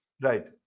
Right